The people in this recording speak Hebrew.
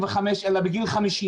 אלא בגיל 50,